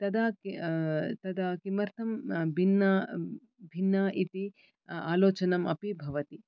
तदा तदा किमर्थं भिन्ना भिन्ना इति आलोचनमपि भवति